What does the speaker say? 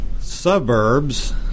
suburbs